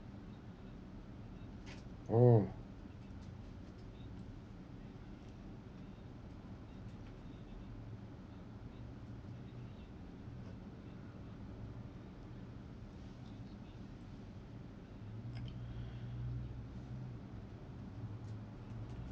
oh